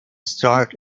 start